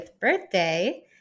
birthday